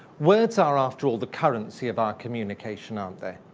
words are, after all, the currency of our communication, aren't they?